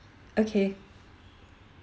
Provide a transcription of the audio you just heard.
okay